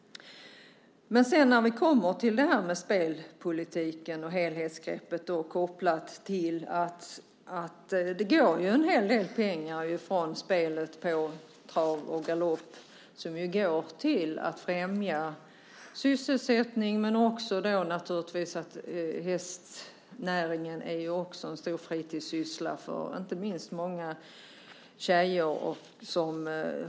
När vi sedan kommer till spelpolitiken och helhetsgreppet på den kan vi se att det går en hel del pengar från spelet på trav och galopp till att främja sysselsättning, men också naturligtvis till hästnäringen som är en stor fritidssyssla, inte minst för många tjejer.